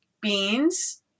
beans